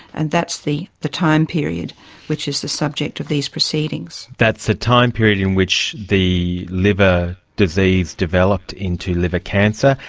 and that's the the time period which is the subject of these proceedings. that's the time period in which the liver disease developed into liver cancer,